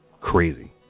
crazy